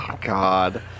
god